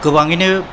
गोबाङैनो